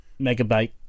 megabyte